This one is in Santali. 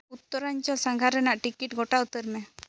ᱩᱛᱛᱚᱨᱟᱧᱪᱚᱞ ᱥᱟᱸᱜᱷᱟᱨ ᱨᱮᱱᱟᱜ ᱴᱤᱠᱤᱴ ᱜᱳᱴᱟ ᱩᱛᱟᱹᱨ ᱢᱮ